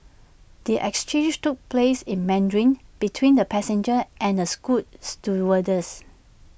the exchange took place in Mandarin between the passenger and A scoot stewardess